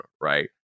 right